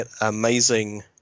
amazing